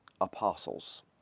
apostles